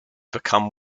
become